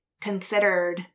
considered